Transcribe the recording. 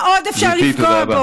במה עוד אפשר לפגוע.